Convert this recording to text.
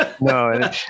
No